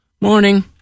Morning